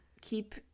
keep